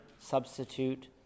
substitute